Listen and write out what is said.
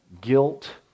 guilt